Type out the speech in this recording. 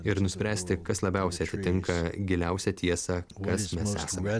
ir nuspręsti kas labiausia atitinka giliausią tiesą kas mes esame